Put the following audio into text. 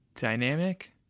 dynamic